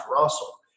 Russell